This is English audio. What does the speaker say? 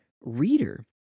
reader